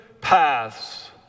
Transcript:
paths